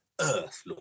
earth